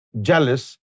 jealous